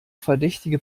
verdächtige